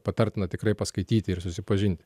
patartina tikrai paskaityti ir susipažin